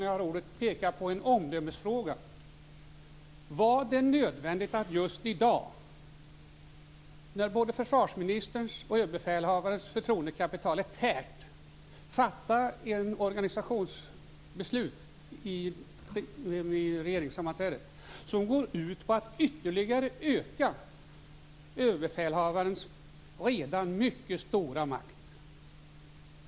Jag vill också peka på en omdömesfråga. Var det nödvändigt att just i dag, när både försvarsministerns och överbefälhavarens förtroendekapital är tärt fatta ett organisationsbeslut vid regeringssammanträdet som går ut på att ytterligare öka överbefälhavarens redan mycket stora makt?